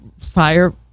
fire